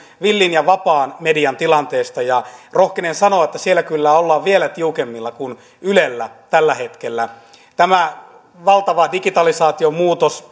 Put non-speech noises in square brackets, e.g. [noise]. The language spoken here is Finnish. villin ja vapaan median tilanteesta rohkenen sanoa että siellä kyllä ollaan vielä tiukemmilla kuin ylellä tällä hetkellä tämä valtava digitalisaatiomuutos [unintelligible]